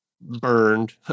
burned